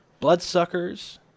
Bloodsuckers